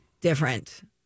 different